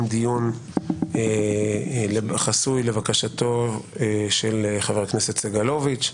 דיון חסוי לבקשתו של חבר הכנסת סגלוביץ'